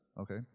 Okay